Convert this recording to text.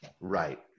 Right